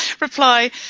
reply